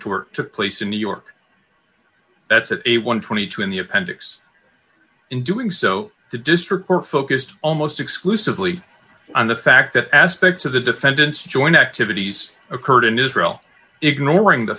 work took place in new york that's at a one hundred and twenty two in the appendix in doing so the district court focused almost exclusively on the fact that aspects of the defendant's joint activities occurred in israel ignoring the